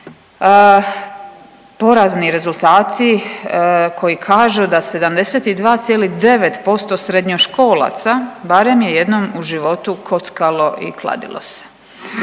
Porazni rezultati koji kažu da 72,9% srednjoškolaca barem je jednom u životu kockalo i kladilo se.